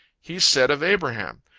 he said of abraham,